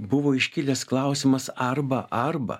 buvo iškilęs klausimas arba arba